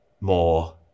more